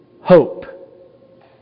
hope